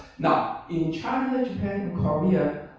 now, in china, japan, and korea,